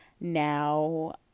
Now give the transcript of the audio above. now